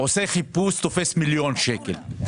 עושה חיפוש, תופס מיליון שקל.